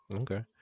Okay